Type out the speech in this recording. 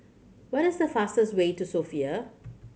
what is the fastest way to Sofia